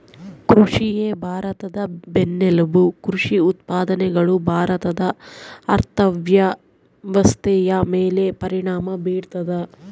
ಕೃಷಿಯೇ ಭಾರತದ ಬೆನ್ನೆಲುಬು ಕೃಷಿ ಉತ್ಪಾದನೆಗಳು ಭಾರತದ ಅರ್ಥವ್ಯವಸ್ಥೆಯ ಮೇಲೆ ಪರಿಣಾಮ ಬೀರ್ತದ